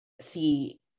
see